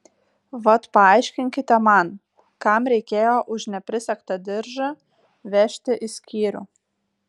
vat paaiškinkite man kam reikėjo už neprisegtą diržą vežti į skyrių